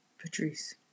Patrice